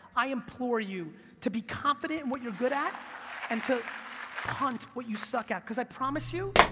i implore you to be confident in what you're good at and to punt what you suck at, because i promise you,